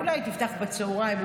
אולי תפתח בצוהריים,